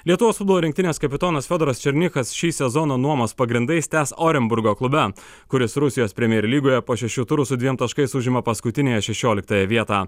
lietuvos futbolo rinktinės kapitonas fiodoras černychas šį sezoną nuomos pagrindais tęs orenburgo klube kuris rusijos premier lygoje po šešių turų su dviem taškais užima paskutiniąją šešioliktąją vietą